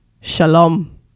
Shalom